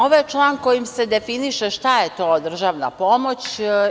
Ovo je član kojim se definiše šta je to državna pomoć.